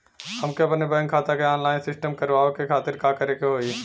हमके अपने बैंक खाता के ऑनलाइन सिस्टम करवावे के खातिर का करे के होई?